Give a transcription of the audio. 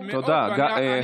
יש לי עוד, לא, לא.